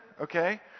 Okay